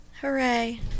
hooray